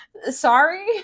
Sorry